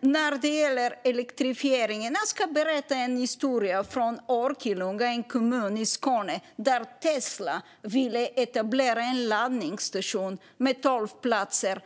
När det gäller elektrifieringen ska jag berätta en historia från Örkelljunga. Det är en kommun i Skåne där Tesla ville etablera en laddstation med tolv platser.